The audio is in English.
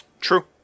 True